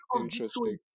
interesting